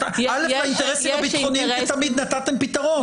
לאינטרסים הביטחוניים תמיד נתתם פתרון.